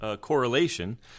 correlation